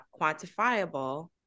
quantifiable